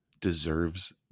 deserves